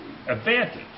advantage